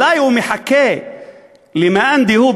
אולי הוא מחכה למאן דהוא,